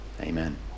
Amen